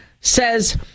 says